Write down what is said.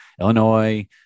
Illinois